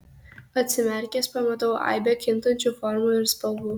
atsimerkęs pamatau aibę kintančių formų ir spalvų